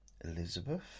Elizabeth